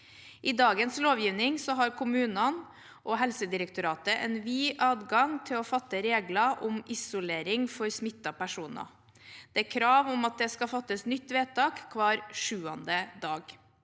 I dagens lovgivning har kommunene og Helsedirektoratet en vid adgang til å fatte regler om isolering for smittede personer. Det er krav om at det skal fattes nytt vedtak hver sjuende